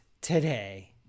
today